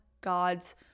God's